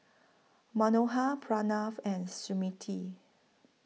Manohar Pranav and Smriti